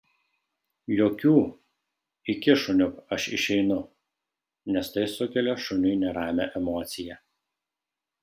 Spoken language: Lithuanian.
jokių iki šuniuk aš išeinu nes tai sukelia šuniui neramią emociją